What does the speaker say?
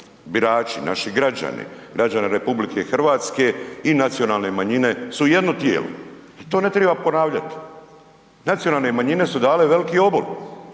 birači, naši građani, građana RH i nacionalne manjine su jedno tijelo i to ne treba ponavljati, nacionalne manjine su dale veliki obol.